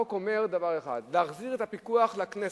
החוק אומר דבר אחד: להחזיר את הפיקוח לכנסת,